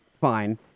fine